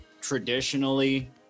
traditionally